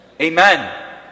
Amen